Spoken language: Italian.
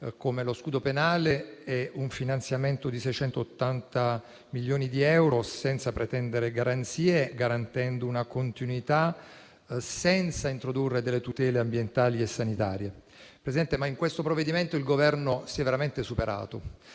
come lo scudo penale e un finanziamento di 680 milioni di euro senza pretendere garanzie, assicurando una continuità senza introdurre delle tutele ambientali e sanitarie. In questo provvedimento, però, signor Presidente, il Governo si è veramente superato